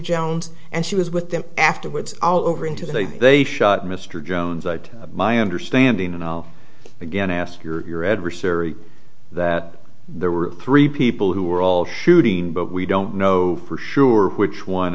jones and she was with them afterwards all over into they they shot mr jones out my understanding and i'll again ask your adversary that there were three people who were all shooting but we don't know for sure which one